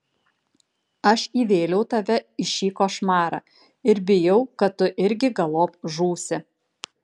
aš įvėliau tave į šį košmarą ir bijau kad tu irgi galop žūsi